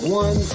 one